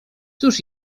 cóż